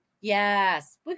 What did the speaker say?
Yes